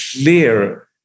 clear